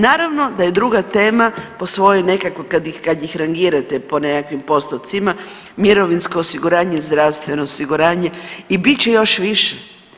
Naravno da je druga tema po svojoj nekako kad ih rangirate po nekim postocima, mirovinsko osiguranje, zdravstveno osiguranje i bit će još više.